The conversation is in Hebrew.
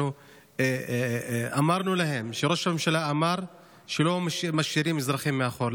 אנחנו אמרנו להם שראש הממשלה אמר שלא משאירים אזרחים מאחור.